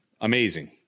amazing